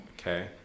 Okay